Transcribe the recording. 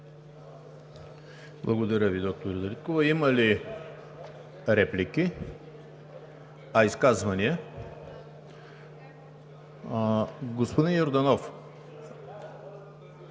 Благодаря Ви, доктор Дариткова. Има ли реплики? Изказвания? Господин Йорданов,